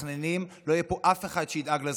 לא יהיה פה אף אחד שידאג לזכויות שלכם.